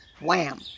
Wham